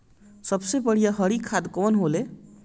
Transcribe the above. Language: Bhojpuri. सबसे बढ़िया हरी खाद कवन होले?